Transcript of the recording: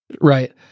Right